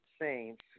saints